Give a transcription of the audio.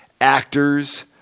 actors